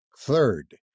Third